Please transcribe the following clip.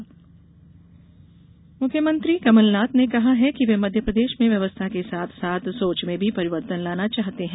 मुख्यमंत्री मुख्यमंत्री कमल नाथ ने कहा है कि वे मध्यप्रदेश में व्यवस्था के साथ साथ सोच में भी परिवर्तन लाना चाहते हैं